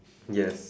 yes